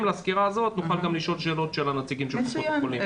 לסקירה הזאת נוכל גם לשאול שאלות את הנציגים של קופות החולים,